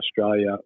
Australia